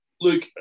Look